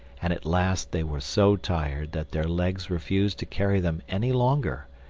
and at last they were so tired that their legs refused to carry them any longer,